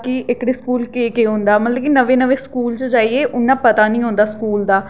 कि एह्कड़े स्कूल केह् केह् होंदा मतलब कि नमें नमें स्कूल च जाइयै उ'न्ना पता नेईं होंदा स्कूल दा